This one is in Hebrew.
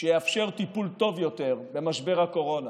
שיאפשר טיפול טוב יותר במשבר הקורונה